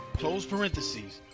close parenthesis.